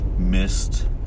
missed